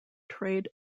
trade